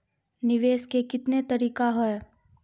निवेश के कितने तरीका हैं?